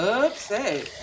upset